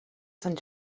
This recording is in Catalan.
sant